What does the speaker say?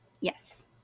Yes